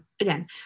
again